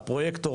כפרויקט,